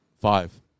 five